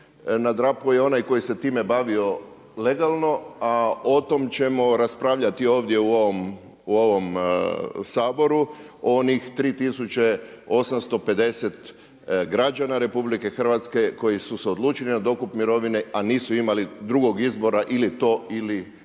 nadrapao je onaj koji se time bavio legalno a o tom ćemo raspravljati ovdje u ovom Saboru, onih 3 tisuće 850 građana RH koji su se odlučili na dokup mirovine a nisu imali drugog izbora ili to ili